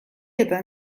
eta